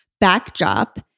backdrop